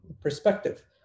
perspective